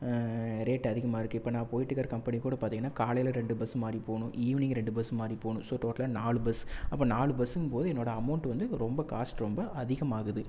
rate அதிகமாகருக்கு இப்போ நான் போயிட்டுருக்கிற கம்பனி கூட பார்த்திங்கன்னா காலையில் ரெண்டு பஸ்ஸு மாறி போகணும் ஈவினிங் ரெண்டு பஸ்ஸு மாறி போகணும் ஸோ டோட்டலாக நாலு பஸ் அப்போ நாலு பஸ்ஸுங்கும் போது என்னோடய அமௌண்ட் வந்து ரொம்ப காஸ்ட் ரொம்ப அதிகமாகுது